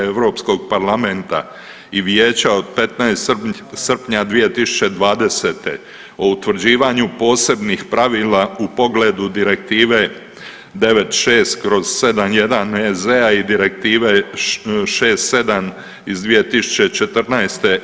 Europskog parlamenta i vijeća od 15. srpnja 2020. o utvrđivanju posebnih pravila u pogledu Direktive 96/71 EZ-a i Direktive 67 iz 2014.